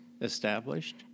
established